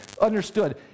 understood